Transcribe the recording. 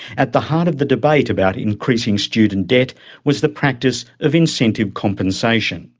at the heart of the debate about increasing student debt was the practice of incentive compensation.